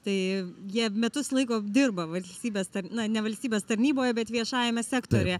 tai jie metus laiko dirba valstybės tar na ne valstybės tarnyboje bet viešajame sektoriuje